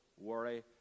worry